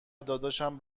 داداشم